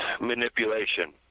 manipulation